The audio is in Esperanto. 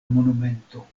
monumento